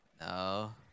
No